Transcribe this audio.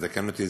תתקן אותי,